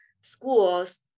schools